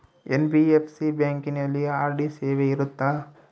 NBFC ಬ್ಯಾಂಕಿನಲ್ಲಿ RD ಸೇವೆ ಇರುತ್ತಾ?